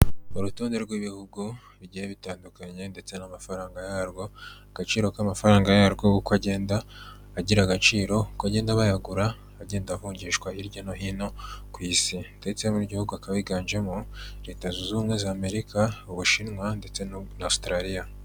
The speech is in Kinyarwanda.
Urutonde rw'ibihugu bigiye bitandukanye ndetse n'amafaranga yarwo, agaciro k'amafaranga yarwo uko agenda agira agaciro, uko agenda bayagura, agenda avungishwa hirya no hino ku isi, ndetse n'ibigihugu akaba yiganjemo leta zunze ubumwe za amerika, ubushinwa ndetse no Australia.